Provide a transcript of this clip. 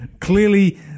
clearly